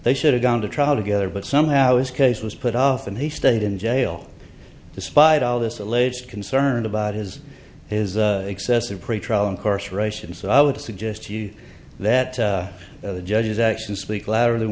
they should have gone to trial together but somehow his case was put off and he stayed in jail despite all this alleged concerned about his excessive pretrial incarceration so i would suggest to you that the judge's actions speak louder than